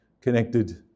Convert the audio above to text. connected